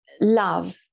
love